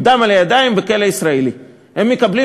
עם דם על הידיים בכלא ישראלי: הם מקבלים